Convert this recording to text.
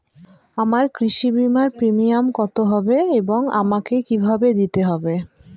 আমার কৃষি বিমার প্রিমিয়াম কত হবে এবং আমাকে কি ভাবে দিতে হবে?